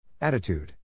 Attitude